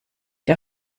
der